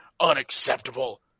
Unacceptable